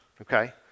okay